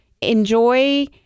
enjoy